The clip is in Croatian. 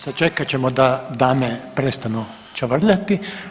Sačekat ćemo da dame prestanu čavrljati.